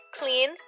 clean